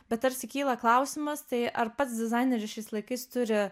bet tarsi kyla klausimas tai ar pats dizaineris šiais laikais turi